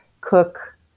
cook